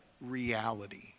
reality